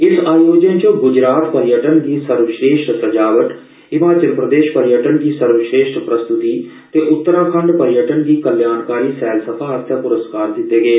इस आयोजन च ग्जरात पर्यटन गी सर्वश्रेष्ठ सजावट हिमाचल प्रदेश पर्यटन गी सर्वश्रेष्ठ प्रस्तुति ते उत्तराखंड पर्यटन गी कल्याणकारी सैलसफा आस्तै पुरस्कार दिते गे